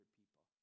people